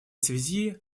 связи